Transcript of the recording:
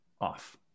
off